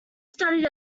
studied